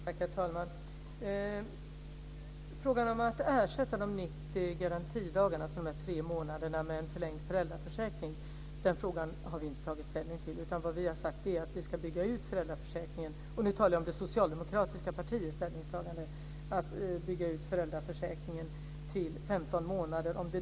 Herr talman! Frågan om att ersätta de 90 garantidagarna, de tre månaderna, med en förlängd föräldraförsäkring har vi inte tagit ställning till. Vi har sagt att vi ska bygga ut föräldraförsäkringen - nu talar jag om det socialdemokratiska partiets ställningstagande - till 15 månader.